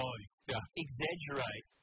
exaggerate